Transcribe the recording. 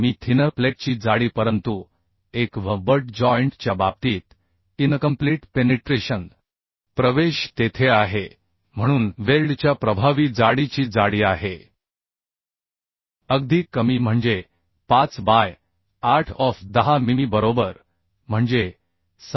thinner प्लेटची जाडी परंतु एक V बट जॉइंट च्या बाबतीत इनकम्प्लीट पेनिट्रेशन तेथे आहे म्हणून वेल्डच्या प्रभावी जाडीची जाडी आहे अगदी कमी म्हणजे 5 बाय 8 ऑफ 10 मिमी बरोबर म्हणजे 6